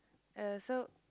uh so